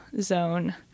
zone